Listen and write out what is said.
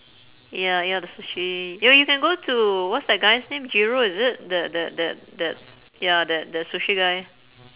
ya eat all the sushi you you can go to what's the guy's name jiro is it that that that that ya that that sushi guy